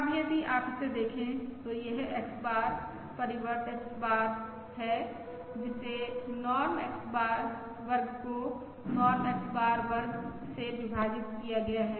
अब यदि आप इसे देखें तो यह X बार परिवर्त X बार है जिसे नॉर्म X वर्ग को नॉर्म X बार वर्ग से विभाजित किया गया है